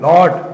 Lord